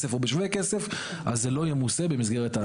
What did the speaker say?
מרוויח אז זה לא ימוסה במסגרת ההצעה.